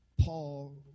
Paul